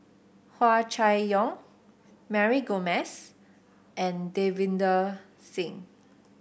Hua Chai Yong Mary Gomes and Davinder Singh